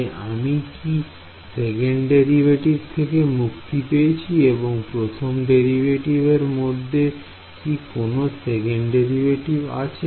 তাই আমি কি সেকেন্ড ডেরিভেটিভ থেকে মুক্তি পেয়েছি এবং প্রথম অংশটির মধ্যে কি কোন সেকেন্ড ডেরিভেটিভ আছে